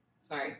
sorry